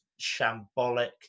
shambolic